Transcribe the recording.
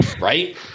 Right